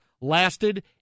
lasted